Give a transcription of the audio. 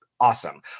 awesome